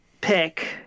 pick